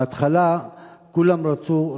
בהתחלה, כולם רצו.